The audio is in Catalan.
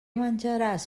menjaràs